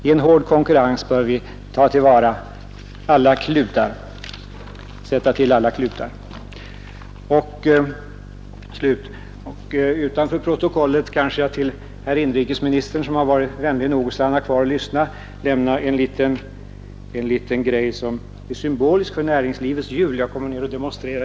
I en hård konkurrens bör vi därför sätta till alla klutar.